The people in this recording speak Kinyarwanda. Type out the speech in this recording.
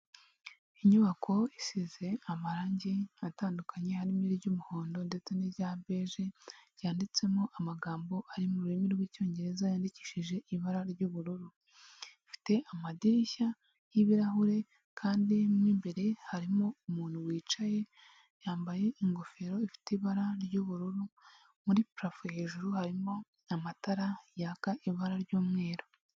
Inyubako isize amarangi atandukanye, harimo iry'umuhondo ndetse n'irya beje ryanditsemo amagambo ari mu rurimi rw'icyongereza yandikishije ibara ry'ubururu, ifite amadirishya y'ibirahure kandi mo imbere harimo umuntu wicaye yambaye ingofero ifite ibara ry'ubururu, muri parafo hejuru harimo amatara yaka ibara ry'umweru.